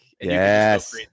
Yes